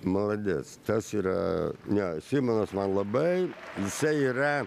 maladec tas yra ne simonas man labai jisai yra